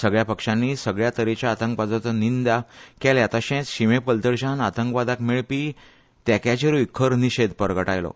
सगळया पक्षांनी सगळया तरेच्या आतंकवादाचो निंदा केली तशेच शिमे पलतडच्यान आतंकवादाक मेळपी तेक्याचेरूय खर निशेध परगटातयलो